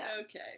okay